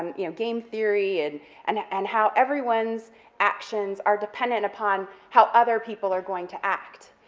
you know, game theory and and and how everyone's actions are dependent upon how other people are going to act,